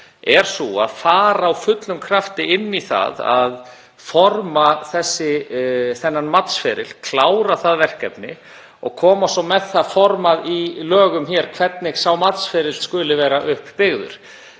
er sú að fara af fullum krafti í það að forma þennan matsferil, klára það verkefni og koma svo með það formað í lögum hér hvernig sá matsferill skuli vera upp byggður.